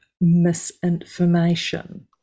misinformation